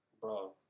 Bro